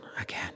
again